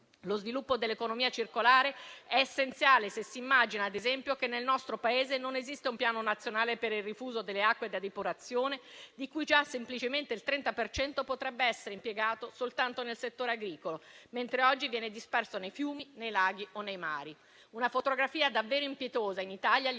Lo sviluppo dell'economia circolare è essenziale se si immagina, ad esempio, che nel nostro Paese non esiste un piano nazionale per il riuso delle acque da depurazione, di cui già semplicemente il 30 per cento potrebbe essere impiegato soltanto nel settore agricolo, mentre oggi viene disperso nei fiumi, nei laghi o nei mari. Una fotografia davvero impietosa in Italia: gli